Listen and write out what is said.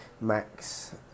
Max